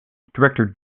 director